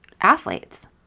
athletes